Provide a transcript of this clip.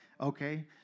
Okay